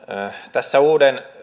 tässä uuden